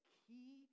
key